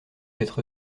être